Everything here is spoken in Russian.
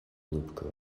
улыбкой